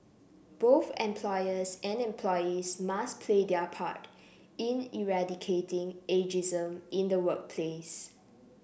both employers and employees must play their part in eradicating ageism in the workplace